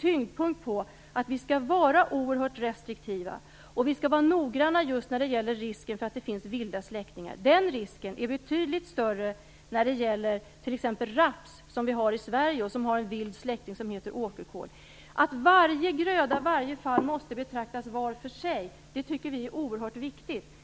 tyngdpunkt på att vi skall vara oerhört restriktiva, och vi skall vara noggranna just när det gäller risken för att det finns vilda släktingar. Den risken är betydligt större när det gäller t.ex. raps, som vi har i Sverige och som har en vild släkting som heter åkerkål. Varje gröda, varje fall måste betraktas var för sig. Det tycker vi är oerhört viktigt.